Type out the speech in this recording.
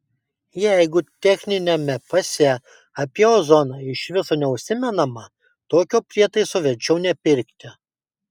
jeigu techniniame pase apie ozoną iš viso neužsimenama tokio prietaiso verčiau nepirkti